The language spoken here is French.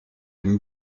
une